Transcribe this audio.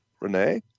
Renee